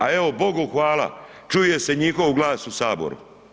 Ali evo, Bogu hvala, čuje se njihov glas u Saboru.